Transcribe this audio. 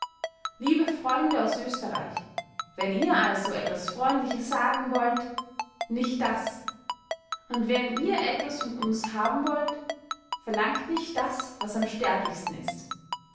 liebe freunde aus österreich wenn ihr also etwas freundliches sagen wollt nicht das und wenn ihr etwas von uns haben wollt verlangt nicht das was am sterblichsten ist